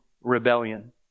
rebellion